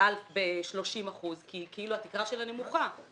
ב-30 אחוזים כי כאילו התקרה שלה נמוכה.